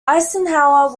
eisenhower